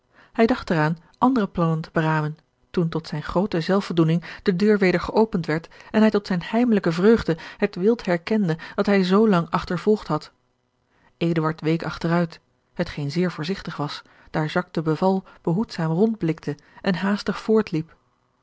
hij dacht er aan andere plannen te beramen toen tot zijne groote zelfvoldoening de deur weder geopend werd en hij tot zijne heimelijke vreugde het wild herkende dat hij zoolang achtervolgd had eduard week achteruit hetgeen zeer voorzigtig was daar jacques de beval behoedzaam rondblikte en haastig